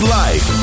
life